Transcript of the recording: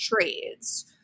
trades